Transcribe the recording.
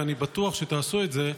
ואני בטוח שתעשו את זה,